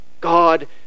God